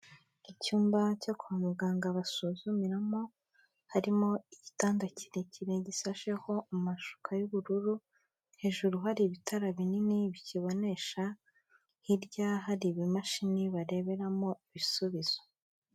Icyumba cyo kwa muganga basuzumiramo, harimo igitanda kirekire gisasheho amashuka y'ubururu, hejuru hari ibitara binini bikibonesha, hirya hari ibimashini bareberamo ibisubizo.